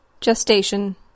Gestation